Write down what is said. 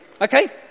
Okay